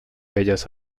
bellas